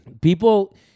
People